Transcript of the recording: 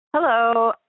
Hello